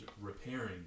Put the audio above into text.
repairing